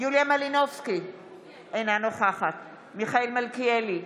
יוליה מלינובסקי קונין, אינה נוכחת מיכאל מלכיאלי,